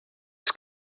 τις